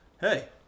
Hey